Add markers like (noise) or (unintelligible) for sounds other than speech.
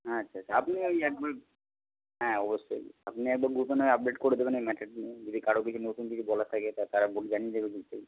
আচ্ছা আচ্ছা আপনি ওই এক (unintelligible) হ্যাঁ অবশ্যই আপনি একদম গ্রুপে না হয় আপডেট করে দেবেন ওই মেসেজগুলো যদি কারো কিছু নতুন কিছু বলার থাকে তো তারা বলবেন (unintelligible) গ্রুপেই